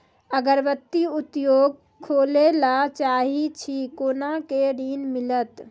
अगरबत्ती उद्योग खोले ला चाहे छी कोना के ऋण मिलत?